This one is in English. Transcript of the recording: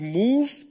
move